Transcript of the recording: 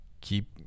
keep